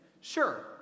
Sure